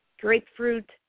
grapefruit